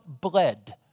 bled